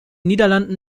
niederlanden